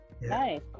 nice